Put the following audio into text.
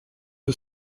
aux